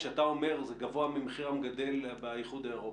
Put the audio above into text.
כשאתה אומר "זה גבוה ממחיר המגדל באיחוד האירופי",